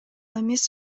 эмес